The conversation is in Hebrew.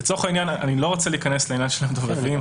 אני לא רוצה להיכנס לעניין של המדובבים,